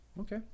Okay